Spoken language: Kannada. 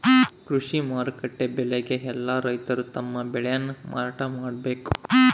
ಕೃಷಿ ಮಾರುಕಟ್ಟೆ ಬೆಲೆಗೆ ಯೆಲ್ಲ ರೈತರು ತಮ್ಮ ಬೆಳೆ ನ ಮಾರಾಟ ಮಾಡ್ಬೇಕು